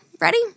Ready